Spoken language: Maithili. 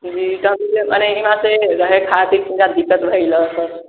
जी ऐठा ते रहै खातिर पूरा दिक्कत भय गेलै तब